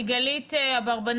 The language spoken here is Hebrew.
אפשר לבקש את החלטת הממשלה,